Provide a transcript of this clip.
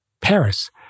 Paris